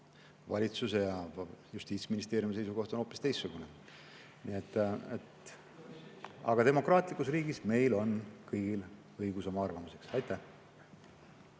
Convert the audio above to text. Valitsuse ja Justiitsministeeriumi seisukoht on hoopis teistsugune, aga demokraatlikus riigis on meil kõigil õigus oma arvamust